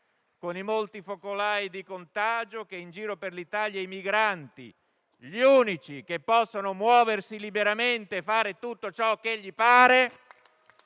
con i molti focolai di contagio che in giro per l'Italia i migranti, gli unici che possono muoversi liberamente e fare tutto ciò che gli pare,